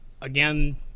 again